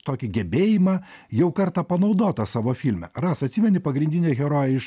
tokį gebėjimą jau kartą panaudotą savo filme rasa atsimeni pagrindinę heroję iš